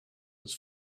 its